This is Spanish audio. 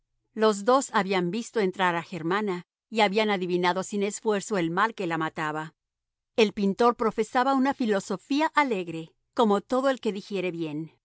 los dos habían visto entrar a germana y habían adivinado sin esfuerzo el mal que la mataba el pintor profesaba una filosofía alegre como todo el que digiere bien